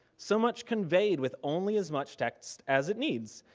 so much conveyed with only as much text as it needs.